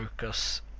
focus